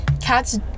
cats